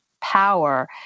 power